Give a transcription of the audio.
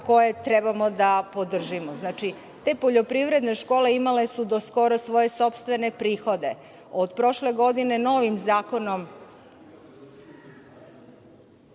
koje trebamo da podržimo. Te poljoprivredne škole imale su do skoro svoje sopstvene prihode. Od prošle godine, novim Zakonom